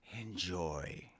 enjoy